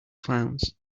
clowns